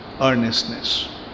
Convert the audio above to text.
earnestness